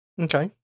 Okay